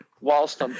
whilst